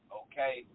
okay